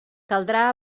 caldrà